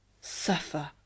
Suffer